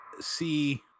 see